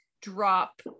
drop